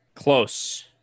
Close